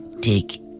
take